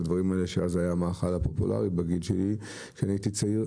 בדברים האלה שאז היה מאכל פופולרי בגיל שלי שאני הייתי צעיר,